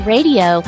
Radio